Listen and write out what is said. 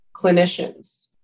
clinicians